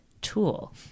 tool